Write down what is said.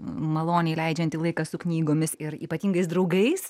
maloniai leidžianti laiką su knygomis ir ypatingais draugais